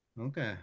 okay